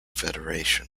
federation